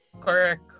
correct